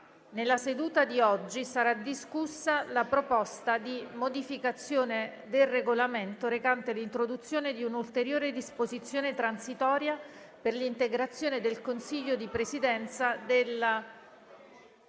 Nella seduta di oggi sarà discussa la proposta di modificazione del Regolamento recante l'introduzione di un'ulteriore disposizione transitoria per l'integrazione del Consiglio di Presidenza nella XIX